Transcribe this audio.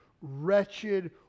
wretched